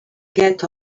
get